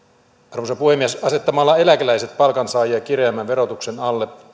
arvoisa puhemies asettamalla eläkeläiset palkansaajia kireämmän verotuksen alle